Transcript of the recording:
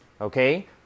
Okay